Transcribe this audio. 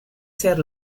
ser